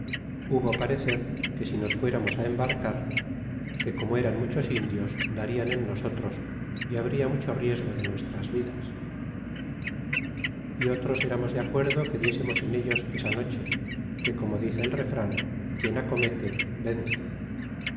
hubo parecer que si nos fueramos á embarcar que como eran muchos indios darian en nosotros y ha bria mucho riesgo de nuestras vidas y otros aramos de acuerdo que diesemos en ellos esa noche que como dice el refan quien acomete vence